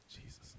Jesus